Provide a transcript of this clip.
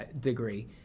degree